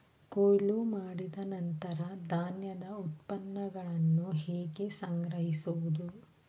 ಕೊಯ್ಲು ಮಾಡಿದ ನಂತರ ಧಾನ್ಯದ ಉತ್ಪನ್ನಗಳನ್ನು ಹೇಗೆ ಸಂಗ್ರಹಿಸುವುದು?